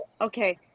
okay